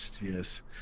Yes